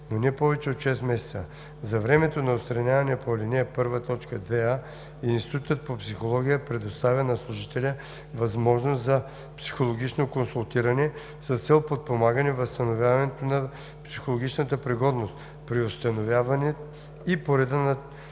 но не повече от 6 месеца. За времето на отстраняването по ал. 1, т. 2а Институтът по психология предоставя на служителя възможност за психологично консултиране, с цел подпомагане възстановяването на психологичната пригодност, при условията и по реда на